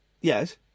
Yes